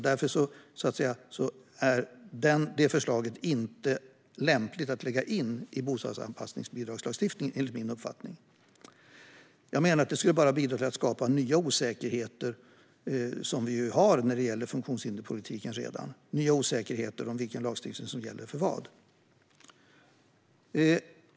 Därför är detta förslag inte lämpligt att lägga in i lagstiftningen om bostadsanpassningsbidrag, enligt min uppfattning. Det skulle bara bidra till osäkerhet, som vi ju redan har när det gäller funktionshinderspolitiken, om vilken lagstiftning som gäller för vad.